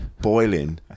boiling